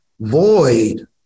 Void